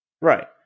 Right